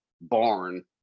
barn